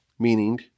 meaning